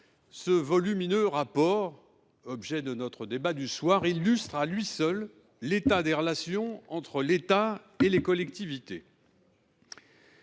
ce volumineux rapport, objet de notre débat, illustre, à lui seul, l’état des relations entre l’État et les collectivités.